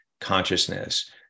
consciousness